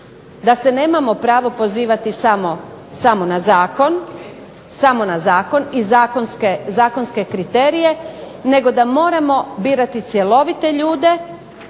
da se nemamo pravo pozivati samo na zakon i zakonske kriterije, nego da moramo birati cjelovite ljude,